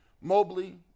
Mobley